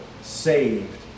saved